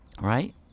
right